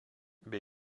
bei